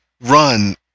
run